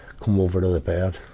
come over to the bed,